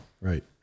Right